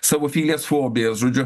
savo filijas fobijas žodžiu